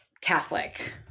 Catholic